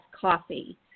coffee